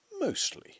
Mostly